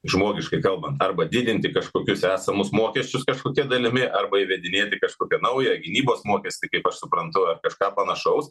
žmogiškai kalbant arba didinti kažkokius esamus mokesčius kažkokia dalimi arba įvedinėti kažkokią naują gynybos mokestį kaip aš suprantu ar kažką panašaus